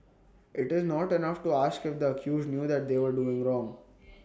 IT is not enough to ask if the accused knew that they were doing wrong